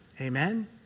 Amen